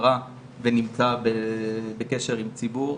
במשטרה ונמצא בקשר עם ציבור,